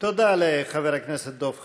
תודה לחבר הכנסת דב חנין.